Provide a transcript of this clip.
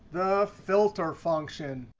the filter function.